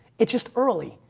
it's just early.